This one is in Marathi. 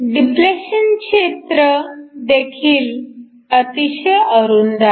डिप्लेशन क्षेत्र देखील अतिशय अरुंद आहे